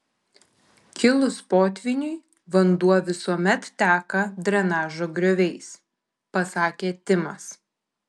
kilus potvyniui vanduo visuomet teka drenažo grioviais pasakė timas